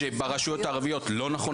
שברשויות הערביות, למשל, לא נכון